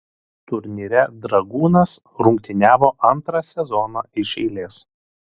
turnyre dragūnas rungtyniavo antrą sezoną iš eilės